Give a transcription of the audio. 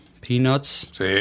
peanuts